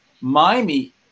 Miami